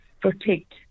protect